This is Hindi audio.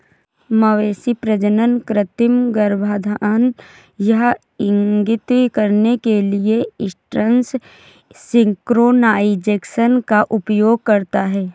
मवेशी प्रजनन कृत्रिम गर्भाधान यह इंगित करने के लिए एस्ट्रस सिंक्रोनाइज़ेशन का उपयोग करता है